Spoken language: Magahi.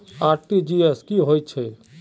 आर.टी.जी.एस की होचए?